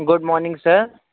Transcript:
good morning sir